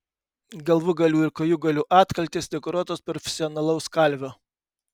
galvūgalių ir kojūgalių atkaltės dekoruotos profesionalaus kalvio